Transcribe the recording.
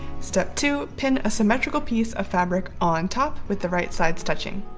step two. pin a symmetrical piece of fabric on top with the right sides touching.